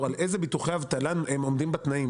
שאומר איזה ביטוחי אבטלה עומדים בתנאים,